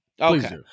okay